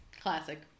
Classic